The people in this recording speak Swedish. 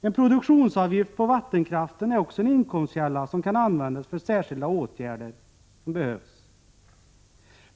En produktionsavgift på vattenkraften är också en inkomstkälla som kan användas för särskilda åtgärder som behövs.